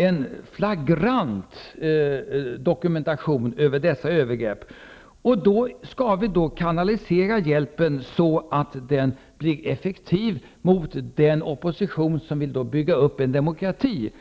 en flagrant tydlig dokumentation av dessa övergrepp. Vi bör kanalisera vår hjälp så att den blir till effektivt stöd för den opposition som vill bygga upp en demokrati.